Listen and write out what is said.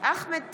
אחמד טיבי,